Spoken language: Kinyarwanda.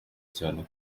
cyane